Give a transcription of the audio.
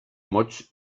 mots